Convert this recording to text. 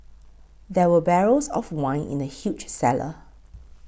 there were barrels of wine in the huge cellar